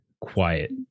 quiet